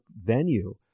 venue